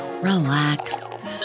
relax